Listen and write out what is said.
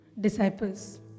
disciples